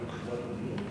אתה בתחילת הדיון,